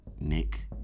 Nick